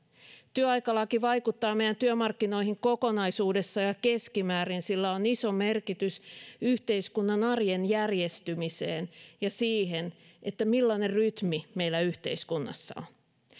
työaikalaki vaikuttaa meidän työmarkkinoihin kokonaisuudessaan ja keskimäärin sillä on iso merkitys yhteiskunnan arjen järjestymiseen ja siihen millainen rytmi meillä yhteiskunnassa on